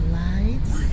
lights